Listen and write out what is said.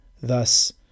Thus